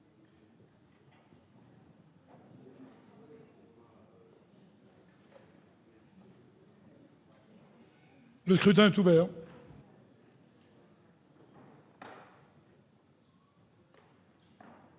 Le scrutin est ouvert.